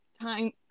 time